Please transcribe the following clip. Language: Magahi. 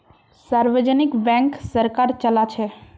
सार्वजनिक बैंक सरकार चलाछे